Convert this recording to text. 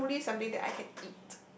truly something that I can eat